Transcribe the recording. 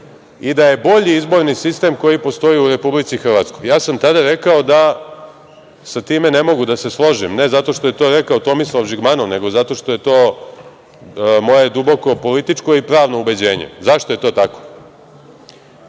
i da je bolji izborni sistem koji postoji u Republici Hrvatskoj. Tada sam rekao da sa tim ne mogu da se složim, ne zato što je to rekao Tomislav Žigmanov nego zato što je to moje duboko političko i pravno ubeđenje. Zašto je to tako?U